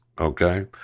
Okay